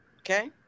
Okay